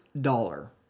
dollar